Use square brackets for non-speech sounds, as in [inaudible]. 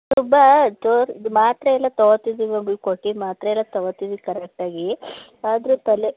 [unintelligible] ಮಾತ್ರೆ ಎಲ್ಲ ತಗೋತಿದೀವಿ ಮ್ಯಾಮ್ ನೀವು ಕೊಟ್ಟಿದ್ದ ಮಾತ್ರೆ ಎಲ್ಲ ತಗೋತಿದೀವಿ ಕರೆಕ್ಟ್ ಆಗಿ ಆದರೆ ತಲೆ